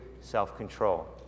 self-control